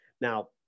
Now